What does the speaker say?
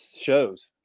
shows